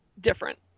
different